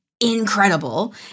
incredible